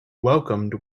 welcomed